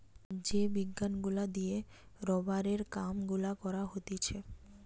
যে বিজ্ঞান গুলা দিয়ে রোবারের কাম গুলা করা হতিছে